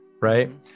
Right